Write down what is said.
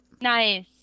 Nice